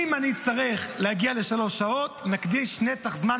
אם אני אצטרך להגיע לשלוש שעות, נקדיש נתח זמן